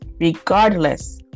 regardless